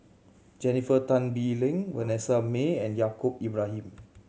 Jennifer Tan Bee Leng Vanessa Mae and Yaacob Ibrahim